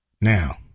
Now